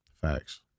Facts